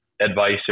advice